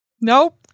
nope